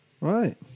Right